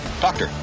Doctor